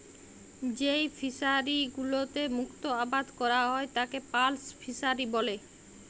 যেই ফিশারি গুলোতে মুক্ত আবাদ ক্যরা হ্যয় তাকে পার্ল ফিসারী ব্যলে